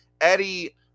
Eddie